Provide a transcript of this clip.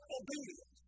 obedient